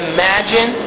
Imagine